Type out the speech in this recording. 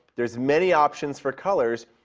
there's many options for colors,